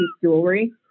jewelry